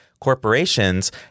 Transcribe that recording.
corporations